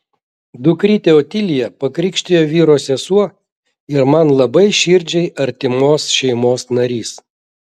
dukrytę otiliją pakrikštijo vyro sesuo ir man labai širdžiai artimos šeimos narys